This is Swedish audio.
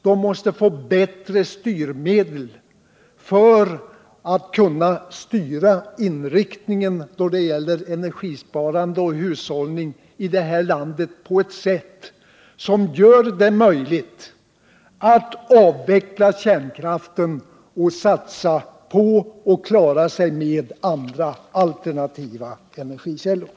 De måste få bättre medel för att styra inriktningen av energisparande och hushållning i det här landet, så att det blir möjligt att avveckla kärnkraften och satsa på och klara sig med andra alternativa energikällor.